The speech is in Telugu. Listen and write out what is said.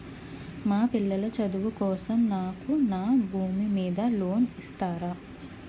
మా పిల్లల చదువు కోసం నాకు నా భూమి మీద లోన్ ఇస్తారా?